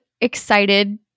excited